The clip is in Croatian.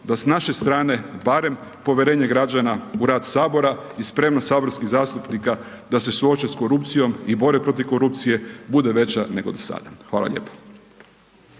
da s naše strane, barem povjerenje građana u rad sabora i spremnost saborskih zastupnika da suoče s korupcijom i bore protiv korupcije bude veća nego do sada. Hvala lijepa.